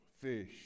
fish